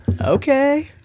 Okay